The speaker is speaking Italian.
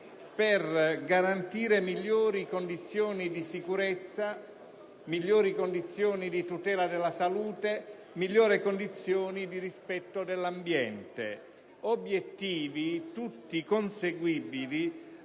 per garantire migliori condizioni di sicurezza, migliori condizioni di tutela della salute, migliori condizioni di rispetto dell'ambiente. Tali obiettivi sono tutti conseguibili